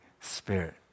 Spirit